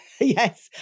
yes